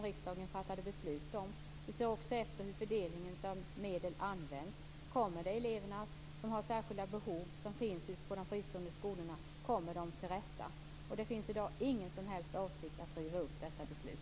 Vi ser också efter hur fördelningen av medel används på de fristående skolorna, om de kommer de elever till godo som har särskilda behov. Det finns i dag ingen som helst avsikt att riva upp detta beslut.